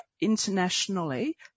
internationally